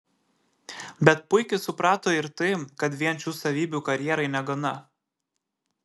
bet puikiai suprato ir tai kad vien šių savybių karjerai negana